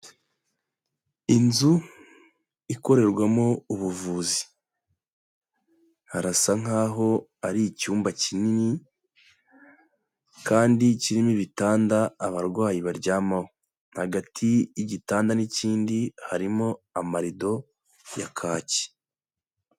Inzu ikorerwamo ubuvuzi, harasa nk'aho ari icyumba kinini kandi kirimo ibitanda abarwayi baryamaho, hagati y'igitanda n'ikindi harimo amarido ya kaki.